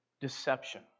deception